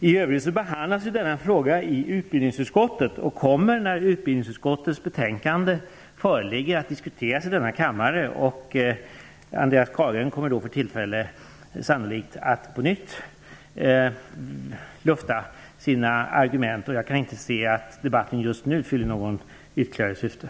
I övrigt behandlas denna fråga i utbildningsutskottet och kommer, när utbildningsutskottets betänkande föreligger, att diskuteras i denna kammare. Andreas Carlgren kommer då sannolikt att få tillfälle att på nytt lufta sina argument. Jag kan inte se att debatten just nu fyller någon ytterligare funktion.